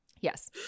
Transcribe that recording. Yes